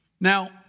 Now